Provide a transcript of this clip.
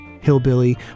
hillbilly